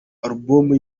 alubumu